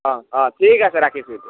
অঁ অঁ ঠিক আছে ৰাখিছোঁ এতিয়া